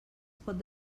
pot